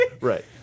Right